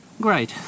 Great